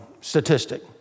statistic